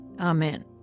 Amen